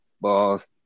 balls